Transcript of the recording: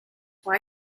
why